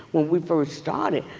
when we first started,